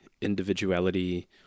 individuality